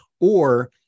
Or-